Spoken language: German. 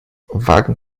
wagen